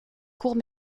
courts